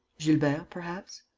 gilbert, perhaps?